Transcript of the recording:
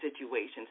situations